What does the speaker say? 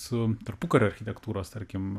su tarpukario architektūros tarkim